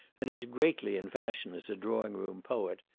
and is greatly in fashion as a drawing-room poet,